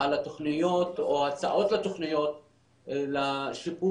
על התוכניות או ההצעות לתוכניות לשיפור